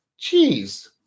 Jeez